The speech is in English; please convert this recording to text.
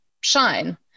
shine